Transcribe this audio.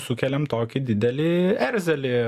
sukeliame tokį didelį erzelį